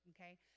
okay